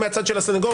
היא מהצד של הסניגוריה,